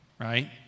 Right